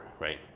right